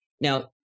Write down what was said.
now